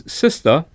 sister